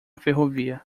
ferrovia